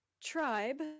tribe